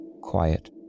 quiet